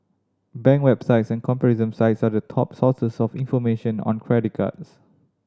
bank websites and comparison sites are the top sources of information on credit cards